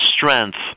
strength